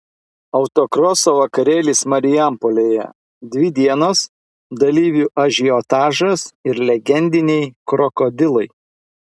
autokroso vakarėlis marijampolėje dvi dienos dalyvių ažiotažas ir legendiniai krokodilai